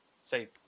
say